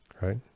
Right